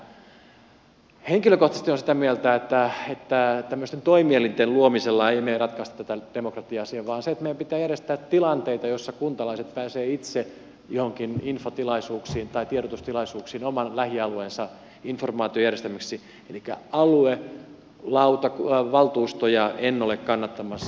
henkilökohtaisesti olen sitä mieltä että tämmöisten toimielinten luomisella emme ratkaise tätä demokratia asiaa vaan sillä että meidän pitää järjestää tilanteita joissa kuntalaiset pääsevät itse joihinkin infotilaisuuksiin tai tiedotustilaisuuksiin oman lähialueensa informaatiojärjestelmäksi elikkä aluevaltuustoja en ole kannattamassa